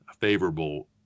favorable